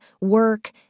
work